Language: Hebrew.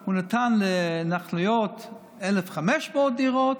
שהוא נתן להתנחלויות 1,500 דירות,